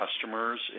customers